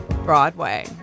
Broadway